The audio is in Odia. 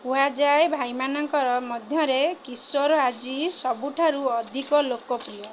କୁହାଯାଏ ଭାଇମାନଙ୍କର ମଧ୍ୟରେ କିଶୋର ଆଜି ସବୁଠାରୁ ଅଧିକ ଲୋକପ୍ରିୟ